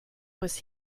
was